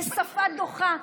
בשפה דוחה,